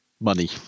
money